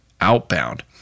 outbound